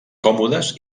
còmodes